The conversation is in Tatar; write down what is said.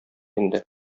инде